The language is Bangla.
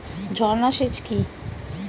ঝর্না সেচ কি?